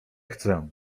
chcę